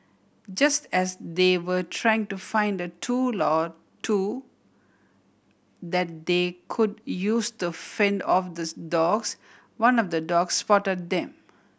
just as they were trying to find a tool or two that they could use to fend off the dogs one of the dogs spot them